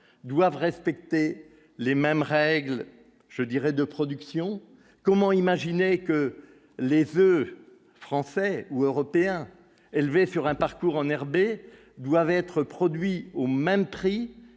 doivent respecter les mêmes règles, je dirais, de production, comment imaginer que les feux français ou européen élevé sur un parcours en herbe et doivent être produits au même prix